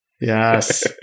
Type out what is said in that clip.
Yes